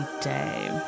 Day